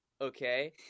okay